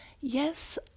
Yes